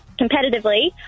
competitively